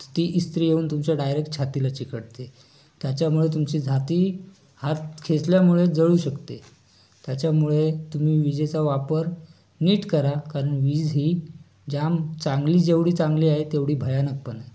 तर ती इस्त्री येऊन तुमच्या डायरेक छातीला चिकटते त्याच्यामुळं तुमची छाती हात खेचल्यामुळे जळू शकते त्याच्यामुळे तुम्ही विजेचा वापर नीट करा कारण वीज ही ज्याम चांगली जेवढी चांगली आहे तेवढी भयानक पण आहे